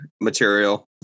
material